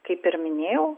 kaip ir minėjau